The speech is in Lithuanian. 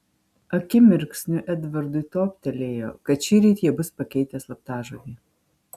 akimirksniu edvardui toptelėjo kad šįryt jie bus pakeitę slaptažodį